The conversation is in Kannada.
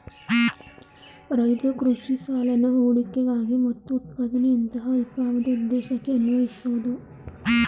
ರೈತ್ರು ಕೃಷಿ ಸಾಲನ ಹೂಡಿಕೆಗಾಗಿ ಮತ್ತು ಉತ್ಪಾದನೆಯಂತಹ ಅಲ್ಪಾವಧಿ ಉದ್ದೇಶಕ್ಕೆ ಅನ್ವಯಿಸ್ಬೋದು